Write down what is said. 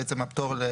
מצווה